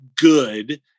good